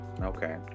Okay